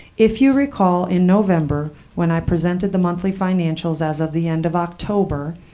if you recall, in november when i presented the monthly financials as of the end of october,